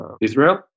Israel